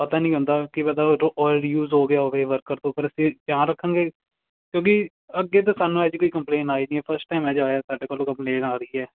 ਪਤਾ ਨਹੀਂ ਹੁੰਦਾ ਕੀ ਪਤਾ ਉਦੋਂ ਓਇਲ ਯੂਜ ਹੋ ਗਿਆ ਹੋਵੇ ਵਰਕਰ ਤੋਂ ਫਿਰ ਅਸੀਂ ਧਿਆਨ ਰੱਖਾਂਗੇ ਕਿਉਂਕਿ ਅੱਗੇ ਤਾਂ ਸਾਨੂੰ ਇਹੋ ਜਿਹੀ ਕੋਈ ਕੰਪਲੇਨ ਆਈ ਨਹੀਂ ਇਹ ਫਸਟ ਟਾਈਮ ਇਹੋ ਜਿਹਾ ਹੋਇਆ ਸਾਡੇ ਕੋਲ ਕੰਪਲੇਨ ਆ ਰਹੀ ਹੈ